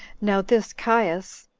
now this caius